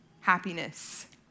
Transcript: happiness